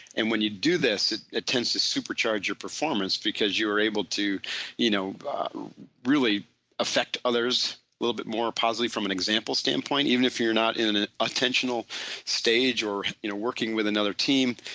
and when you do this it attends to supercharge your performance because you are able to you know really affect others a little bit more positively from an example standpoint even if you're not in an attentional stage or working with another team,